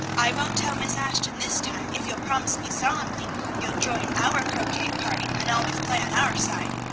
i won't tell miss ashton this time, if you'll promise me solemnly you'll join our croquet party, and always play on our side!